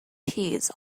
peas